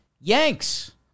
YANKS